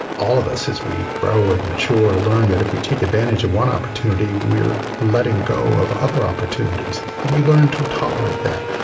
all of us as we grow and mature learn that if we take advantage of one opportunity, we are letting go of other opportunities and we learn to tolerate that,